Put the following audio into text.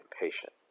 impatient